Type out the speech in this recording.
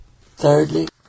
Thirdly